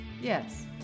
Yes